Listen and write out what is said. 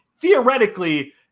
Theoretically